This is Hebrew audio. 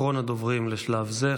אחרון הדוברים לשלב זה,